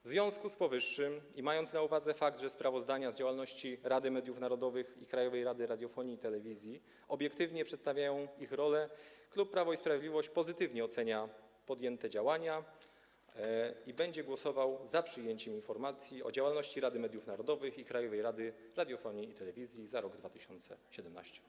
W związku z powyższym i mając na uwadze fakt, że sprawozdania z działalności Rady Mediów Narodowych i Krajowej Rady Radiofonii i Telewizji obiektywnie przedstawiają ich rolę, klub Prawo i Sprawiedliwość pozytywnie ocenia podjęte działania i będzie głosował za przyjęciem informacji o działalności Rady Mediów Narodowych i Krajowej Rady Radiofonii i Telewizji za rok 2017.